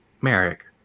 Merrick